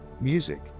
music